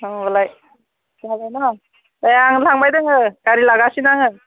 होनबालाय जाबाय न' दे आं लांबाय दङ गारि लागासिनो आङो